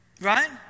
right